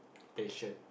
patient